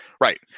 Right